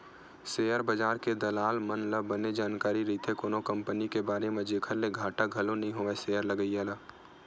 share बजार के दलाल मन ल बने जानकारी रहिथे कोनो कंपनी के बारे म जेखर ले घाटा घलो नइ होवय सेयर लगइया ल